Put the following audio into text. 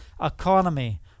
economy